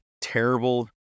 terrible